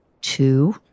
Two